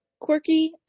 quirky